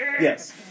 Yes